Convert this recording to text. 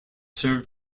served